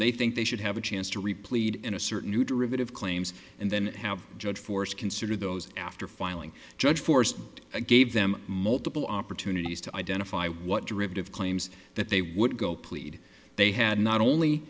they think they should have a chance to replete in a certain new derivative claims and then have a judge force consider those after filing judge force a gave them multiple opportunities to identify what derivative claims that they would go plead they had not